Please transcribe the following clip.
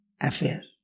affair